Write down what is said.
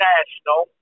National